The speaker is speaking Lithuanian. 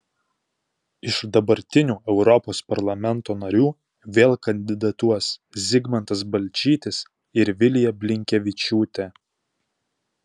iš dabartinių europos parlamento narių vėl kandidatuos zigmantas balčytis ir vilija blinkevičiūtė